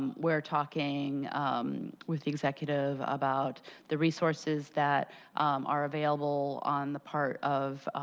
we're talking with the executive about the resources that are available on the part of